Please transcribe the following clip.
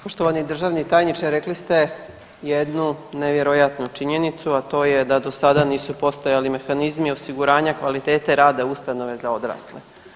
Poštovani državni tajniče, rekli ste jednu nevjerojatnu činjenicu, a to je da do sada nisu postojali mehanizmi osiguranja kvalitete rada ustanove za odrasle.